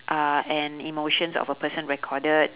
uh and emotions of a person recorded